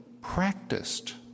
practiced